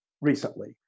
recently